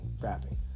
rapping